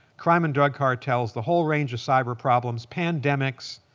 crime and drug cartels, the whole range of cyber problems, pandemics,